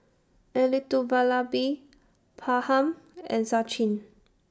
Elattuvalapil and Sachin